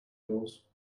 gulls